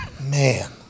Man